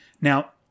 Now